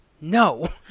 no